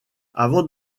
avant